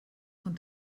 von